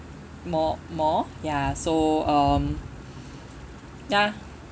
more more ya so um ya